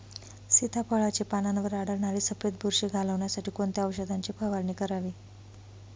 सीताफळाचे पानांवर आढळणारी सफेद बुरशी घालवण्यासाठी कोणत्या औषधांची फवारणी करावी?